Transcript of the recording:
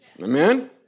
Amen